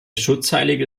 schutzheilige